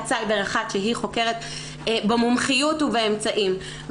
סייבר אחת היא חוקרת במומחיות ובאמצעים.